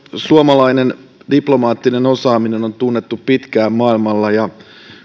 suomalainen diplomaattinen osaaminen on tunnettu pitkään maailmalla ja